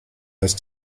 ist